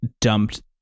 dumped